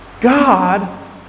God